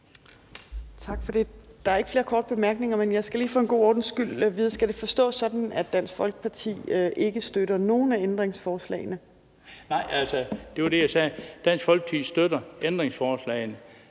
Tak for det. Der er ikke flere korte bemærkninger, men jeg skal lige for en god ordens skyld spørge: Skal det forstås sådan, at Dansk Folkeparti ikke støtter nogen af ændringsforslagene? Kl. 15:18 Bent Bøgsted (DF): Nej, det, jeg sagde, var, at Dansk Folkeparti støtter ændringsforslagene